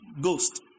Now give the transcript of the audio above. ghost